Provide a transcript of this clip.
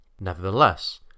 Nevertheless